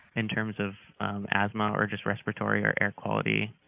in terms of asthma or just respiratory or air quality,